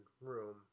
room